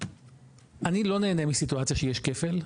אני לא נהנה מסיטואציה שיש כפל,